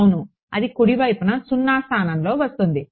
అవును అది కుడి వైపున 0 స్థానంలో వస్తుంది